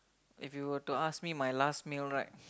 if you were to ask me my last meal right